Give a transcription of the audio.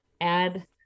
add